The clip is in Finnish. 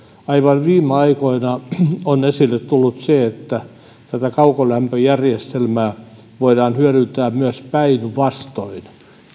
aivan viime aikoina on esille tullut se että tätä kaukolämpöjärjestelmää voidaan hyödyntää myös päinvastoin